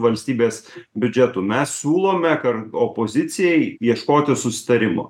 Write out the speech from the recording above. valstybės biudžetu mes siūlome kar opozicijai ieškoti susitarimo